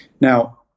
Now